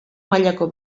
mailako